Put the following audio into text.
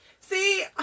See